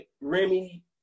Remy